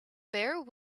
bare